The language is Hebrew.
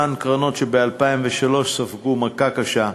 אותן קרנות שב-2003 ספגו מכה קשה.